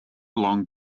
along